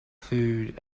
food